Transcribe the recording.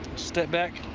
step back.